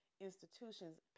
institutions